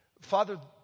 Father